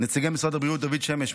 נציגי משרד הבריאות דוד שמש,